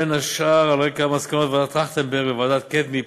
בין השאר על רקע מסקנות ועדת טרכטנברג וועדת קדמי,